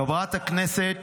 -- וחבר הכנסת